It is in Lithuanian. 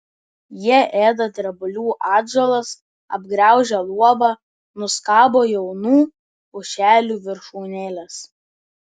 jie ėda drebulių atžalas apgraužia luobą nuskabo jaunų pušelių viršūnėles